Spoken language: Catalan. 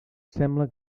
sembla